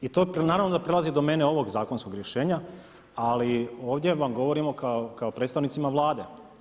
I to naravno da prelazi domene ovog zakonskog rješenja, ali ovdje vam govorimo kao predstavnicima Vlade.